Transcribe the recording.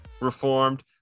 Reformed